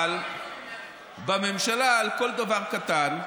אבל בממשלה, על כל דבר קטן,